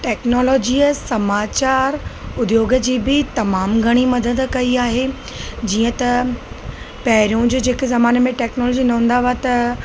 technology ऐं समाचार उद्योग जी बि तमामु घणी मदद कई आहे जीअं त पहिरियों जे जेके ज़माने में टैक्नोलॉजी न हूंदा हुआ त